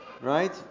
Right